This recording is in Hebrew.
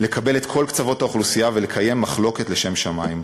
לקבל את כל קצוות האוכלוסייה ולקיים מחלוקת לשם שמים.